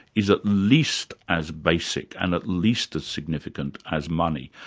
is at least as basic and at least as significant as money.